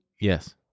Yes